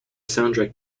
soundtrack